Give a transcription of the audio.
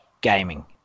gaming